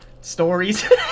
stories